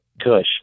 Kush